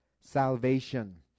salvation